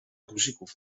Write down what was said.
guzików